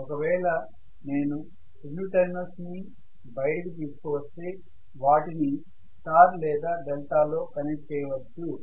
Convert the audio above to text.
ఒకవేళ నేను రెండు టెర్మినల్స్ ని బయటకి తీసుకువస్తే వాటిని స్టార్ లేదా డెల్టా లో కనెక్ట్ చేయవచ్చు